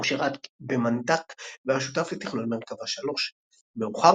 הוא שירת במנת"ק והיה שותף לתכנון מרכבה 3. מאוחר